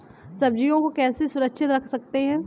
सब्जियों को कैसे सुरक्षित रख सकते हैं?